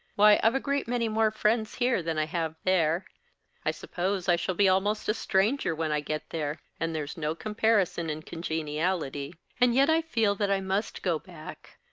why, i've a great many more friends here than i have there i suppose i shall be almost a stranger when i get there, and there's no comparison in congeniality and yet i feel that i must go back.